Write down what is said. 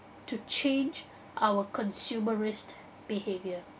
to change our consumerist behaviour